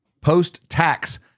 post-tax